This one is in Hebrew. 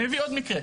אני אביא עוד מקרה.